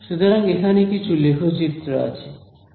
সুতরাং এখানে কিছু লেখচিত্র আছে